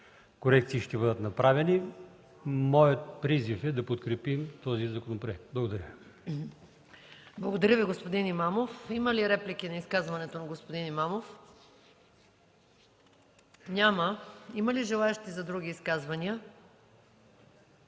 корекции ще бъдат направени. Моят призив е да подкрепим законопроекта. Благодаря Ви. ПРЕДСЕДАТЕЛ МАЯ МАНОЛОВА: Благодаря Ви, господин Имамов. Има ли реплики на изказването на господин Имамов? Няма. Има ли желаещи за други изказвания?